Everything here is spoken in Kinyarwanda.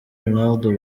ronaldo